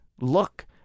look